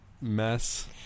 mess